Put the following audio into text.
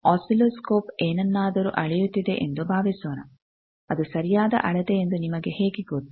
oscilloscope ಏನನ್ನಾದರೂ ಅಳೆಯುತ್ತಿದೆ ಎಂದು ಭಾವಿಸೋಣ ಅದು ಸರಿಯಾದ ಅಳತೆ ಎಂದು ನಿಮಗೆ ಹೇಗೆ ಗೊತ್ತು